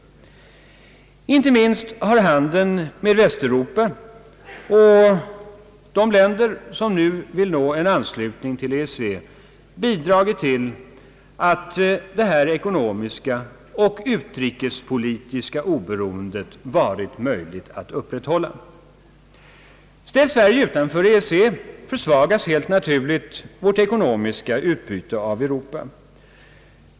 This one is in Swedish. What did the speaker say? Inte minst har handeln med Västeuropa och de länder som nu vill nå en anslutning till EEC bidragit till att detta ekonomiska och utrikespolitiska oberoende varit möjligt att upprätthålla. Ställs Sverige utanför EEC, försvagas helt naturligt vårt ekonomiska utbyte av Europa.